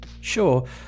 Sure